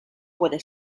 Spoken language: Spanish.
puede